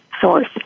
source